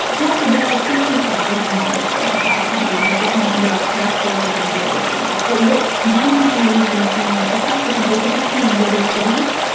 yes. so there are fifty thousand water systems across the country and it's definitely under a patchwork of regulations. but one model we've been seeing across the country, particularly in bigger cities,